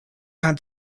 had